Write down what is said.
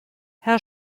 herr